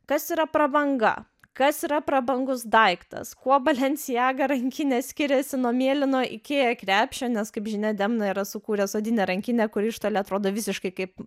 kas yra prabanga kas yra prabangus daiktas kuo balencijaga rankinė skiriasi nuo mėlyno ikea krepšio nes kaip žinia demna yra sukūręs odinę rankinę kuri iš toli atrodo visiškai kaip